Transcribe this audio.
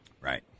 Right